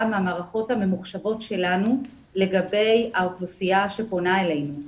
מהמערכות הממוחשבות שלנו לגבי האוכלוסייה שפונה אלינו.